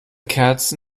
kerzen